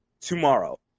tomorrow